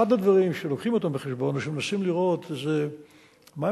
אחד הדברים שלוקחים בחשבון ושמנסים לראות זה מהם